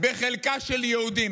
בחלקה של יהודים.